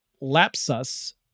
Lapsus